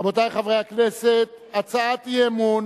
רבותי חברי הכנסת, הצעת אי-אמון